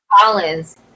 Collins